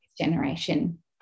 generation